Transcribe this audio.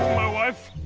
my wife,